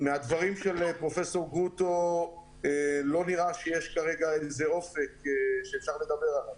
מהדברים של פרופסור גרוטו לא נראה שיש אופק שאפשר לדבר עליו.